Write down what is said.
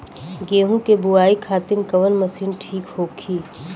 गेहूँ के बुआई खातिन कवन मशीन ठीक होखि?